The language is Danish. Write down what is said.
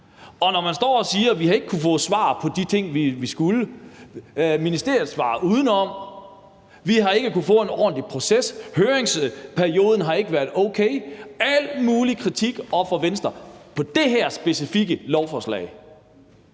Man står og siger: Vi har ikke kunnet få svar på de ting, vi skulle; ministeriet svarer udenom; vi har ikke kunnet få en ordentlig proces; høringsperioden har ikke været okay. Der har været al mulig kritik fra Venstres side i forbindelse med det her specifikke lovforslag,